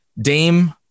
Dame